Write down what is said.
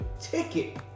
ticket